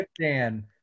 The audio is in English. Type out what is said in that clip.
Dan